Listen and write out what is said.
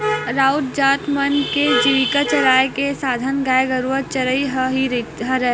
राउत जात मन के जीविका चलाय के साधन गाय गरुवा चरई ह ही हरय